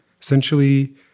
essentially